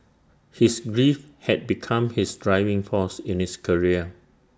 his grief had become his driving force in his career